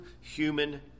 human